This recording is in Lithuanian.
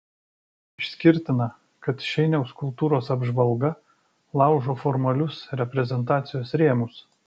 išskirtina kad šeiniaus kultūros apžvalga laužo formalius reprezentacijos rėmus